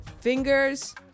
fingers